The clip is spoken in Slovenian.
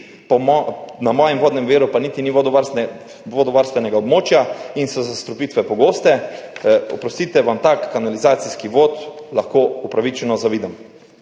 na mojem vodnem viru pa ni niti vodovarstvenega območja in so zastrupitve pogoste, oprostite, vam tak kanalizacijski vod lahko upravičeno zavidam.